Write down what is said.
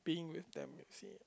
being with them you see